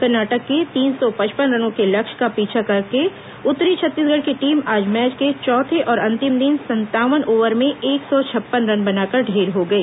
कर्नाटक के तीन सौ पचपन रनों के लक्ष्य का पीछा करने उतरी छत्तीसगढ़ की टीम आज मैच के चौथे और अंतिम दिन संतावन ओवर में एक सौ छप्पन रन बनाकर ढेर हो गई